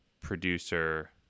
producer